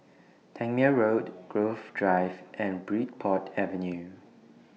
Tangmere Road Grove Drive and Bridport Avenue